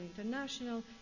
international